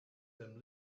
them